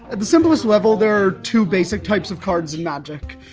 at the simplest level, there are two basic types of cards in magic,